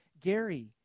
Gary